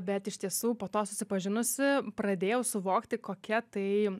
bet iš tiesų po to susipažinusi pradėjau suvokti kokia tai